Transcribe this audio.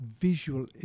visual